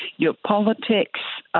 your politics,